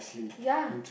ya